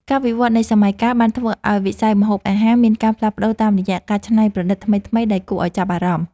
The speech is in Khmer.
ការវិវឌ្ឍនៃសម័យកាលបានធ្វើឱ្យវិស័យម្ហូបអាហារមានការផ្លាស់ប្តូរតាមរយៈការច្នៃប្រឌិតថ្មីៗដែលគួរឱ្យចាប់អារម្មណ៍។